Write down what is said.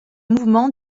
mouvement